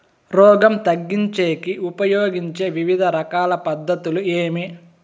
రోగం తగ్గించేకి ఉపయోగించే వివిధ రకాల పద్ధతులు ఏమి?